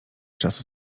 czasu